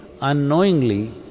unknowingly